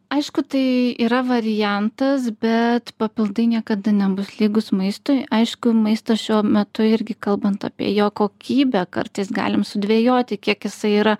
aišku tai yra variantas bet papildai niekada nebus lygūs maistui aišku maistas šiuo metu irgi kalbant apie jo kokybę kartais galim sudvejoti kiek jisai yra